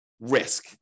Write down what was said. risk